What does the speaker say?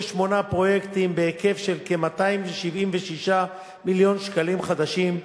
פרויקטים בהיקף של כ-276 מיליון שקלים חדשים,